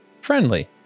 friendly